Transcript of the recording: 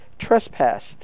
trespassed